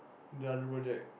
the other project